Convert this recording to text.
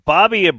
Bobby